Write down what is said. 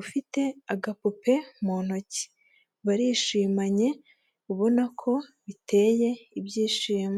ufite agapupe mu ntoki, barishimanye ubona ko biteye ibyishimo.